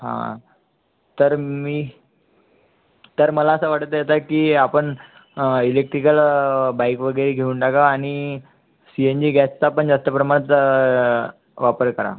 हा तर मी तर मला असं वाटत आहे आता की आपण इलेक्ट्रिकल बाईक वगैरे घेऊन टाकावं आणि सी एन जी गॅस चा पण जास्त प्रमाणात वापर करा